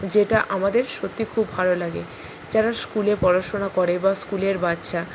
যেটা আমাদের সত্যি খুব ভালো লাগে যারা স্কুলে পড়াশোনা করে বা স্কুলের বাচ্চা